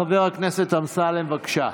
חבר הכנסת אמסלם, בבקשה.